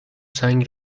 سنگ